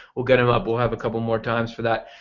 we'll get them up. we'll have a couple of more times for that,